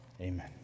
amen